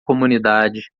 comunidade